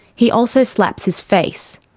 he also slaps his face.